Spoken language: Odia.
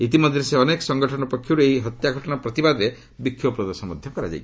ଇତିମଧ୍ୟରେ ସେ ଅନେକ ସଙ୍ଗଠନ ପକ୍ଷରୁ ଏହି ହତ୍ୟା ଘଟଣା ପ୍ରତିବାଦରେ ବିକ୍ଷୋଭ ପ୍ରଦର୍ଶନ କରାଯାଇଛି